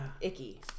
icky